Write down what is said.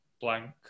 blank